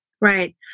Right